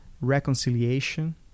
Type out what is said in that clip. reconciliation